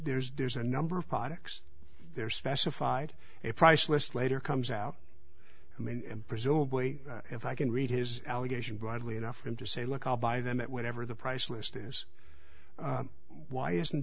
there's there's a number of products there specified a price list later comes out and presumably if i can read his allegation broadly enough for him to say look i'll buy them at whatever the price list is why isn't